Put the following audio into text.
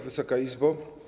Wysoka Izbo!